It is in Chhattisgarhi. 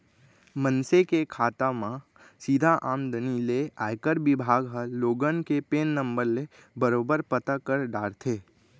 मनसे के खाता म सीधा आमदनी ले आयकर बिभाग ह लोगन के पेन नंबर ले बरोबर पता कर डारथे